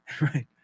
right